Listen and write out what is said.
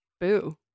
Boo